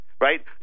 right